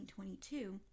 1922